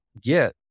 get